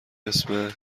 اسم